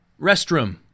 Restroom